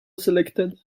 selected